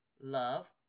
love